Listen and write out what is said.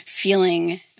feeling